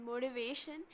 motivation